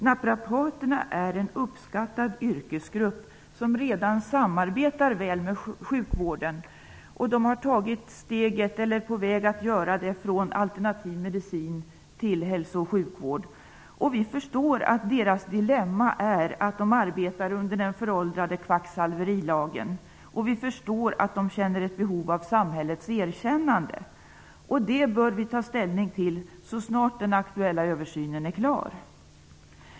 Naprapaterna är en uppskattad yrkesgrupp som redan samarbetar väl med sjukvården. De har tagit eller är på väg att ta steget från alternativ medicin till hälso och sjukvård. Vi förstår att deras dilemma är att de arbetar under den föråldrade kvacksalverilagen. Vi förstår att de känner ett behov av samhällets erkännande. Det bör vi ta ställning till så snart den aktuella översynen är klar.